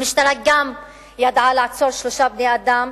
המשטרה גם ידעה לעצור שלושה בני-אדם,